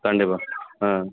கண்டிப்பா ஆ